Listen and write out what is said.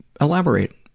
Elaborate